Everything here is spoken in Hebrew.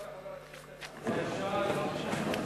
תודה לחבר הכנסת נחמן שי.